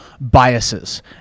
biases